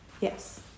yes